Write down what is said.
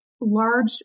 large